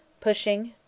pushing